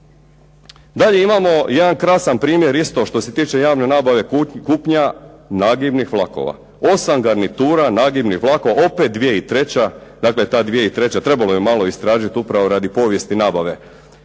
Dalje imamo jedan krasan primjer isto što se tiče javne nabave kupnja nagibnih vlakova. Osam garnitura nagibnih vlakova opet 2003. Dakle, ta 2003. Trebalo je malo istražiti upravo radi povijesti nabave